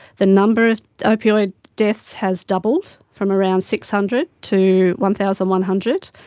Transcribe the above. the number of opioid deaths has doubled from around six hundred to one thousand one hundred,